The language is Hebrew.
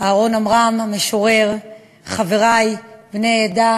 אהרן עמרם המשורר, חברי בני העדה,